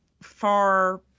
Far